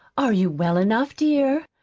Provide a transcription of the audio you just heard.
are you well enough, dear?